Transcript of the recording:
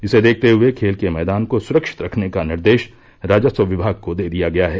इसे देखते हये खेल के मैदान को सुरक्षित करने का निर्देश राजस्व विभाग को दे दिया गया है